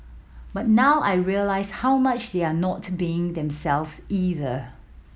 but now I realise how much they're not being themselves either